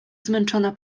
zmęczona